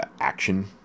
action